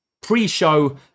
pre-show